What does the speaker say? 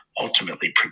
ultimately